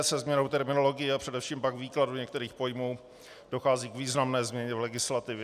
Se změnou terminologie a především pak výkladu některých pojmů dochází k významné změně v legislativě.